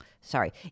sorry